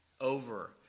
over